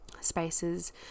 spaces